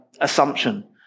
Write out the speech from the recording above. assumption